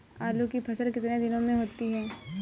आलू की फसल कितने दिनों में होती है?